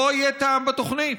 לא יהיה טעם בתוכנית,